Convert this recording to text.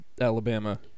Alabama